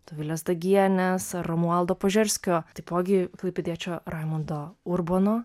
dovilės dagienės romualdo požerskio taipogi klaipėdiečio raimundo urbono